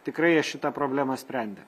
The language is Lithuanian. tikrai jie šitą problemą sprendė